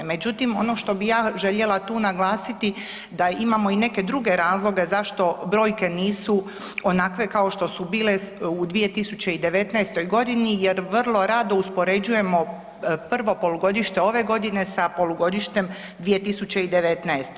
Međutim, ono što bih ja željela tu naglasiti da imamo i neke druge razloge zašto brojke nisu onakve kao što su bile u 2019. godini jer vrlo rado uspoređujemo prvo polugodište ove godine sa polugodištem 2019.